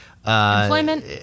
Employment